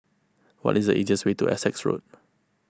what is the easiest way to Essex Road